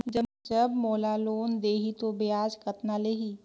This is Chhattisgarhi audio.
जब मोला लोन देही तो ब्याज कतना लेही?